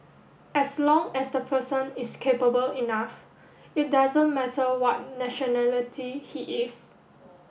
as long as the person is capable enough it doesn't matter what nationality he is